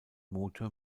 motor